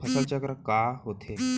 फसल चक्र का होथे?